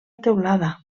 teulada